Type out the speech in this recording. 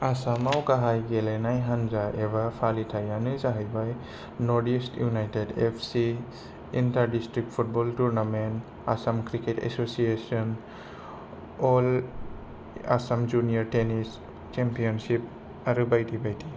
आसामाव गाहाय गेलेनाय हानजा एबा फालिथायानो जाहैबाय northeast united F C inter district football tournament Assam cricket association all Assam junior tennis championship आरो बायदि बायदि